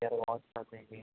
hair wash